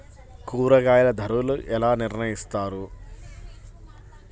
కూరగాయల ధరలు ఎలా నిర్ణయిస్తారు?